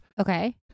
okay